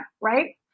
right